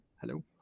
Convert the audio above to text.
Hello